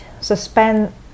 suspend